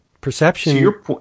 Perception